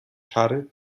czary